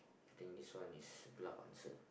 I think this one is bluff answer